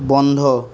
বন্ধ